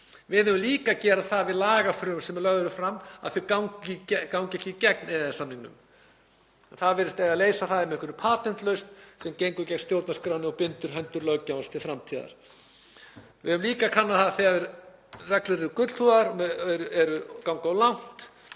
við eigum líka að gera það við lagafrumvörp sem lögð eru fram þannig að þau gangi ekki gegn EES-samningnum. Það virðist eiga að leysa það með einhverri patentlausn sem gengur gegn stjórnarskránni og bindur hendur löggjafans til framtíðar. Við eigum líka að kanna það þegar reglur eru gullhúðaðar, ganga of langt.